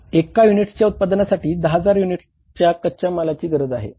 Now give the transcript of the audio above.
एका युनिट्सच्या उत्पादनासाठी 10 हजार युनिट्स कच्या मालाची गरज आहे